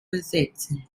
ersetzen